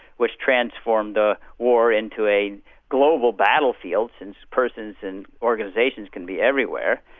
which transformed the war into a global battlefield since persons and organisations can be everywhere,